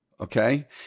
Okay